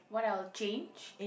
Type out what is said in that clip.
what I will change